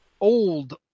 old